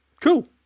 cool